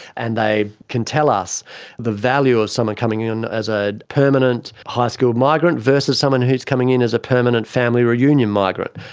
and they can tell us the value of someone coming as a permanent high skilled migrant versus someone who's coming in as a permanent family reunion migrant.